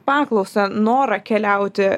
paklausą norą keliauti